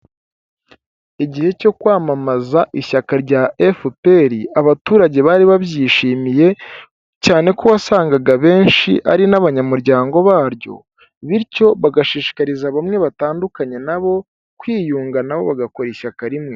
Igihe cyo kwamamaza ishyaka rya FPR, abaturage bari babyishimiye cyane ko wasangaga abenshi ari n'abanyamuryango baryo, bityo bagashishikariza bamwe batandukanye nabo kwiyunga nabo bagakora ishyaka rimwe.